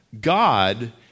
God